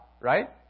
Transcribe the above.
right